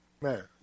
Man